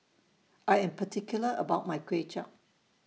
I Am particular about My Kway Chap